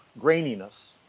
graininess